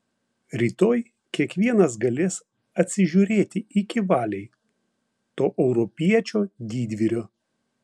rytoj kiekvienas galės atsižiūrėti iki valiai to europiečio didvyrio